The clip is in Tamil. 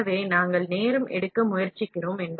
இங்கே நாம் நேரத்தைப் பொறுத்து இருக்கிறோம்